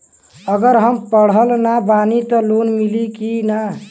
अगर हम पढ़ल ना बानी त लोन मिली कि ना?